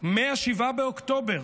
מ-7 באוקטובר,